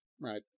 right